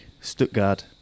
Stuttgart